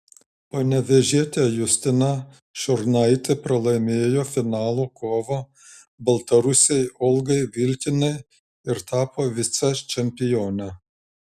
panevėžietė justina šiurnaitė pralaimėjo finalo kovą baltarusei olgai vilkinai ir tapo vicečempione